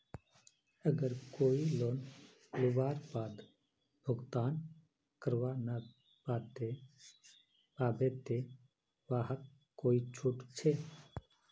अगर कोई लोन लुबार बाद भुगतान करवा नी पाबे ते वहाक कोई छुट छे?